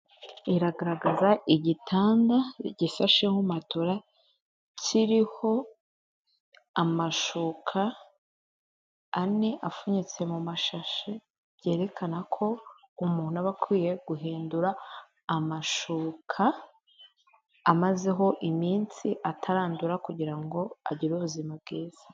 Iragaragaza igitanda gisasheho matera kiriho amashuka ane afunitse mu mashashi byerekana ko umuntu aba akwiye guhindura amashuka amazeho iminsi atarandura kugira ngo agire ubuzima bwiza.